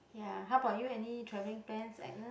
ya how about you any travelling plans Agnes